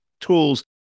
tools